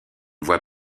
voie